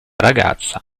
ragazza